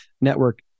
network